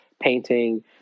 painting